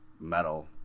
metal